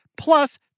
plus